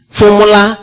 formula